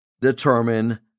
determine